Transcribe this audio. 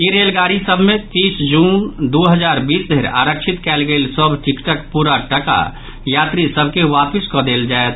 ई रेलगाड़ी सभ मे तीस जून दू हजार बीस धरि आरक्षित कयल गेल सभ टिकटक पूरा टाका यात्री सभ के वापिस कऽ देल जायत